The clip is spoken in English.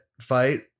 fight